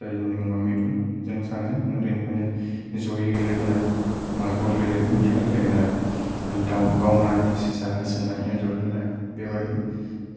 जायनि मुङा मिथुन जों सानैजों उन्दैनिफ्रायनो जयै गेलेबोनाय मार्बल गेलेनाय गिला गेलेनाय दाउ गावनाय सेसा होसोनाय एन्जर होनाय बेबायदिनो